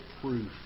proof